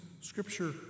scripture